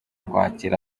kwakira